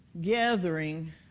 gathering